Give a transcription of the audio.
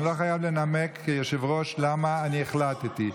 לא משנה כמה תנסו להשתיק אותנו.